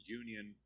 union